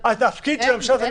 התפקיד של הממשלה זה